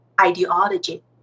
ideology